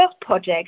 project